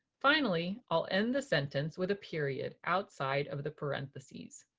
finally i'll end the sentence with a period outside of the parentheses.